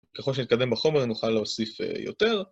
ככל שנתקדם בחומר נוכל להוסיף יותר